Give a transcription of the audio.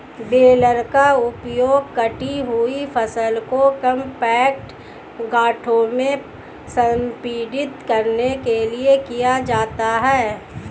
baler का उपयोग कटी हुई फसल को कॉम्पैक्ट गांठों में संपीड़ित करने के लिए किया जाता है